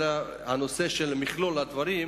אלא מכלול הדברים,